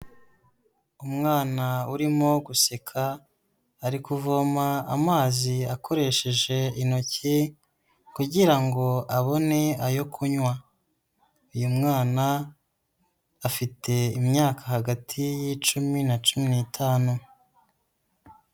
Umwana urimo guseka, ari kuvoma amazi akoresheje intoki, kugira ngo abone ayo kunywa. Uyu mwana afite imyaka hagati y'icumi, na cumi n'itanu.